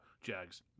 Jags